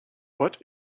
what